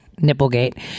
nipplegate